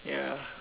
ya